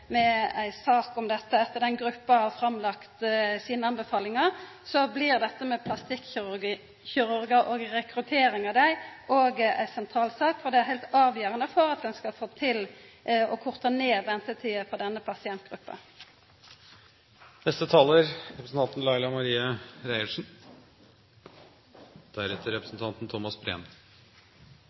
med ei sak om dette, etter at denne gruppa har lagt fram sine anbefalingar, blir plastikkirurgar og rekruttering av dei ei sentral sak, for det er heilt avgjerande for at ein skal få korta ned ventetida for denne